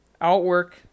Outwork